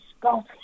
go